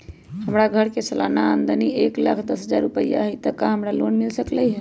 हमर घर के सालाना आमदनी एक लाख दस हजार रुपैया हाई त का हमरा लोन मिल सकलई ह?